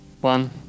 one